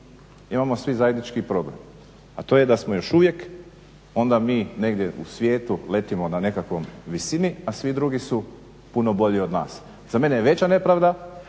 Imamo svi zajednički problem a to je da smo još uvijek onda mi negdje u svijetu letimo na nekakvoj visini a svi drugi su puno bolji od nas. Za mene je veća nepravda